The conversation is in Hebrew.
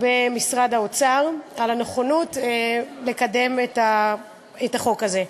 במשרד האוצר על הנכונות לקדם את החוק הזה.